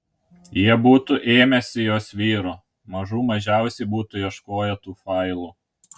jie būtų ėmęsi jos vyro mažų mažiausia būtų ieškoję tų failų